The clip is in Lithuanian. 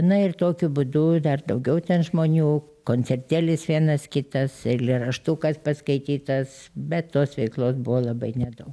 na ir tokiu būdu dar daugiau ten žmonių koncertėlis vienas kitas eilėraštukas paskaitytas bet tos veiklos buvo labai nedau